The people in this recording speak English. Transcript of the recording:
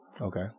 Okay